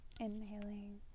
Inhaling